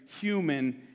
human